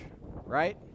right